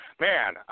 Man